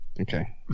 Okay